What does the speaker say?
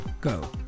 go